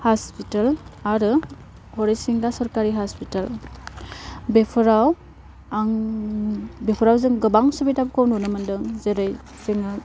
hospital आरो हरिसिंगा सरखारि hospital बेफोराव आं बेफोराव जों गोबां सुबिदाफोरखौ नुनो मोन्दों जेरै जोङो